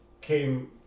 came